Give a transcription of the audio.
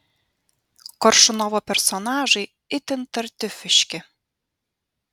koršunovo personažai itin tartiufiški